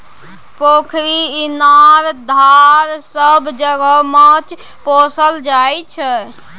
पोखरि, इनार, धार सब जगह माछ पोसल जाइ छै